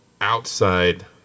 outside